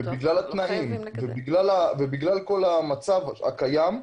בגלל התנאים ובגלל המצב הקיים,